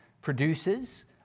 produces